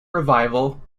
revival